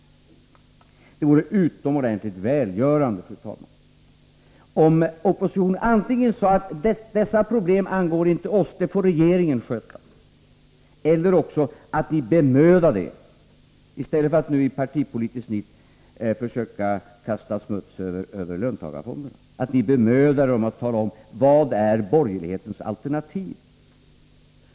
Det vore utomordentligt välgörande, fru talman, om ni inom oppositionen sade: Dessa problem angår inte oss, dem får regeringen sköta. Eller också kunde ni bemöda er om att, i stället för att i partipolitiskt nit försöka kasta smuts över löntagarfonderna, tala om vad borgerlighetens alternativ är.